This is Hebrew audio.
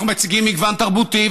אנחנו מציגים מגוון תרבותי,